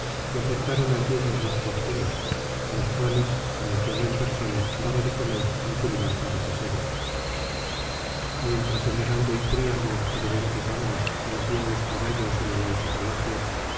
y acercaron al yugo dos corceles á los cuales el anciano en persona daba de comer en pulimentado pesebre mientras el heraldo y príamo prudentes ambos uncían los caballos en el alto palacio